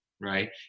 right